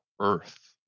Earth